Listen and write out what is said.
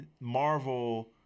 Marvel